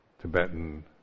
Tibetan